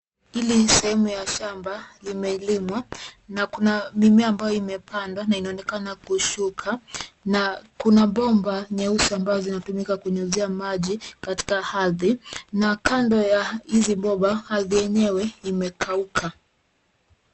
Hili sehemu ya shamba imelimwa na kuna mimea ambayo imepandwa na inaonekana kushuka, na kuna bomba nyeusi ambazo zinatumika kunyunyizia maji katika ardhi na kando ya hizi bomba ardhi yenyewe imekauka.